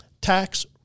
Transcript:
tax